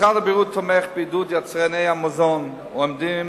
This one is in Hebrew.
משרד הבריאות תומך בעידוד יצרני המזון העומדים